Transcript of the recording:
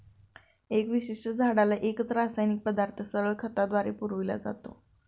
एका विशिष्ट झाडाला एकच रासायनिक पदार्थ सरळ खताद्वारे पुरविला जातो